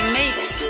makes